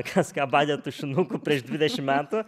kas ką badė tušinuku prieš dvidešimt metų